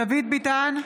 דוד ביטן,